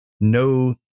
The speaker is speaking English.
no